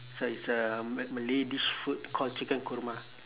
so it's a ma~ malay dish food called chicken korma